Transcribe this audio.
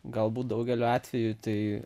galbūt daugeliu atvejų tai